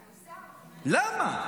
למה?